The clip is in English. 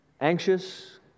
anxious